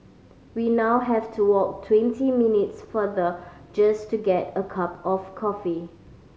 we now have to walk twenty minutes farther just to get a cup of coffee